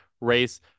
race